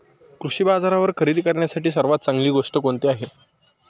कृषी बाजारावर खरेदी करण्यासाठी सर्वात चांगली गोष्ट कोणती आहे?